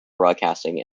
broadcasting